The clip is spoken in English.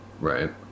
Right